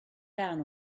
down